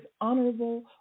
honorable